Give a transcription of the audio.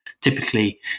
Typically